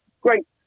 Great